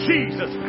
Jesus